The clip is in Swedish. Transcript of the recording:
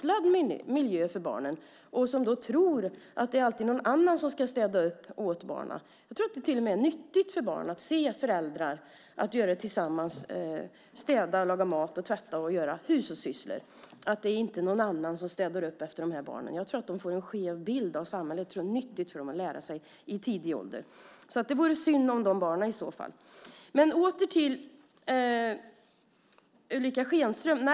Då tror de att det alltid är någon annan som ska städa upp åt dem. Jag tror till och med att det är nyttigt för barn att städa, laga mat, tvätta och göra andra hushållssysslor tillsammans med sina föräldrar. Det ska inte vara någon annan som städar upp efter barnen. Jag tror att de får en skev bild av samhället då. Det är nyttigt för dem att lära sig detta i tidig ålder. Det vore synd om de barnen, i så fall. Jag återgår till Ulrica Schenström.